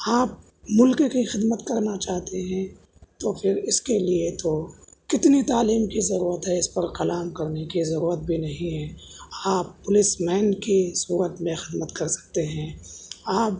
آپ ملک کی خدمت کرنا چاہتے ہیں تو پھر اس کے لیے تو کتنی تعلیم کی ضرورت ہے اس پر کلام کرنے کی ضرورت بھی نہیں ہے آپ پولیس مین کی صورت میں خدمت کر سکتے ہیں آپ